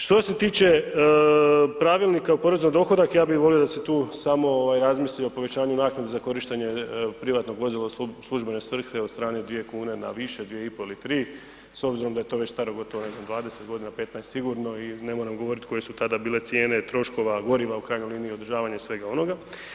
Što se tiče Pravilnika o porezu na dohodak, ja bi volio da se tu samo razmisli o povećanju naknade za korištenje privatnog vozila u službene svrhe od strane 2 kn na više, 2,5 ili 3 s obzirom da je to već staro gotovo ne znam, 20 g., 15 sigurno i ne moram govoriti koje su tada bile cijene troškova goriva, u krajnjoj liniji održavanja i svega onoga.